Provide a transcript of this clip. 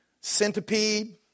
Centipede